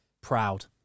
proud